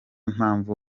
mpamvu